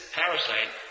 parasite